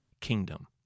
kingdom